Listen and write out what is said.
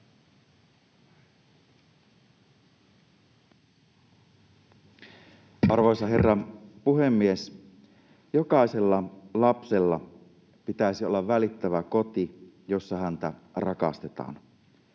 Arvoisa herra puhemies! Jokaisella lapsella pitäisi olla välittävä koti, jossa häntä rakastetaan.